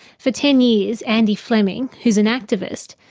for ten years, andy fleming, who is an activist,